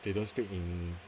they don't speak in